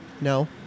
No